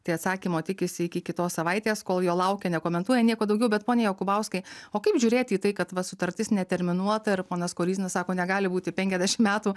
tai atsakymo tikisi iki kitos savaitės kol jo laukia nekomentuoja nieko daugiau bet pone jokubauskai o kaip žiūrėti į tai kad va sutartis neterminuota ir ponas koryzna sako negali būti penkiasdešim metų